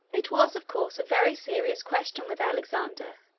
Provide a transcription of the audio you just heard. it was, of course, a very serious question with alexander,